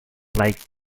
like